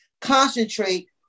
concentrate